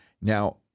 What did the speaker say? Now